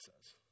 says